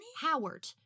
Howard